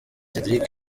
cedric